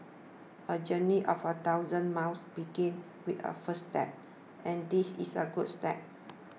a journey of a thousand miles begins with a first step and this is a good step